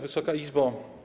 Wysoka Izbo!